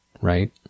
Right